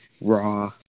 raw